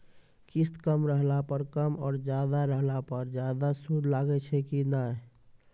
किस्त कम रहला पर कम और ज्यादा रहला पर ज्यादा सूद लागै छै कि नैय?